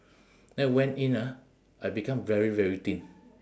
then went in ah I become very very thin